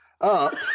up